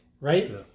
right